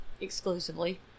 Exclusively